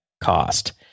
cost